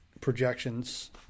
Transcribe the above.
projections